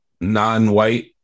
non-white